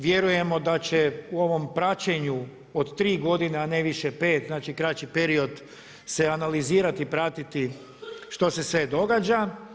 Vjerujemo da će u ovom praćenju od 3 godine a ne više 5, znači kraći period se analizirati i pratiti što se sve događa.